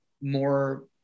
more